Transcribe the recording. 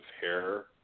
hair